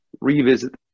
revisit